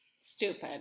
Stupid